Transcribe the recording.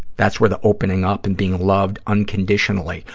that's where the opening up and being loved unconditionally,